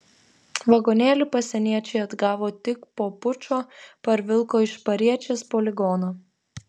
vagonėlį pasieniečiai atgavo tik po pučo parvilko iš pariečės poligono